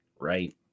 right